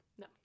No